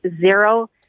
Zero